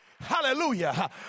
Hallelujah